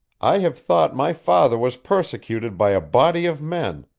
i have thought my father was persecuted by a body of men,